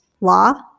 law